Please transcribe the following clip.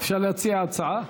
אפשר להציע הצעה?